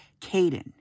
Caden